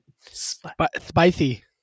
Spicy